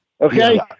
Okay